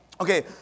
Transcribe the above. Okay